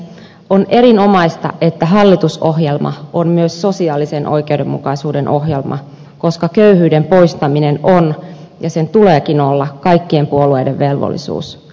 on erinomaista että hallitusohjelma on myös sosiaalisen oikeudenmukaisuuden ohjelma koska köyhyyden poistaminen on ja sen tuleekin olla kaikkien puolueiden velvollisuus